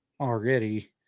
already